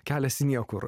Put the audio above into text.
kelias į niekur